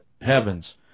heavens